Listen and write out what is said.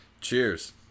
Cheers